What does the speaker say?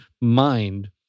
mind